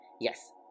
Yes